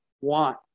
want